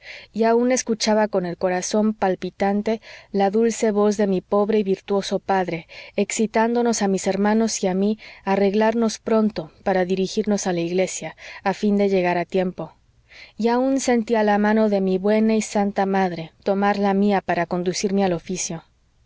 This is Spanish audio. y aun escuchaba con el corazón palpitante la dulce voz de mi pobre y virtuoso padre excitándonos a mis hermanos y a mí a arreglarnos pronto para dirigirnos a la iglesia a fin de llegar a tiempo y aun sentía la mano de mi buena y santa madre tomar la mía para conducirme al oficio